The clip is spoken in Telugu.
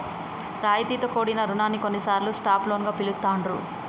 రాయితీతో కూడిన రుణాన్ని కొన్నిసార్లు సాఫ్ట్ లోన్ గా పిలుత్తాండ్రు